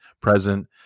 present